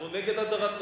אני אדבר על התוכנית.